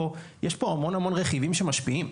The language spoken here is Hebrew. יש פה המון המון רכיבים שמשפיעים.